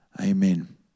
Amen